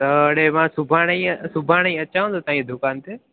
त हाणे मां सुभाणे ई सुभाणे ई अचां तो तव्हांजी दुकान ते